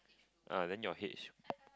uh then your H